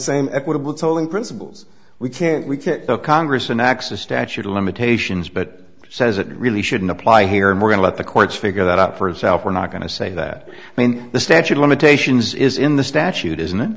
same equitable tolling principles we can't we can't the congress and access statute of limitations but says it really shouldn't apply here and we're going to let the courts figure that out for itself we're not going to say that i mean the statute of limitations is in the statute isn't it